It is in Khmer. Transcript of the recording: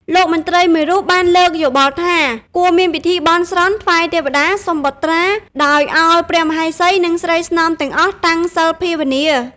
លោកមន្ត្រីមួយរូបបានលើកយោបល់ថា គួរមានពិធីបន់ស្រន់ថ្វាយទេព្តាសុំបុត្រា ដោយឱ្យព្រះមហេសី និងស្រីស្នំទាំងអស់តាំងសីលភាវនា។